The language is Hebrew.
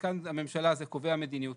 וכאן הממשלה זה קובעי המדיניות.